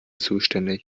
zuständig